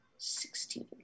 Sixteen